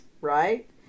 right